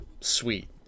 sweet